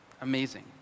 Amazing